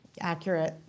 accurate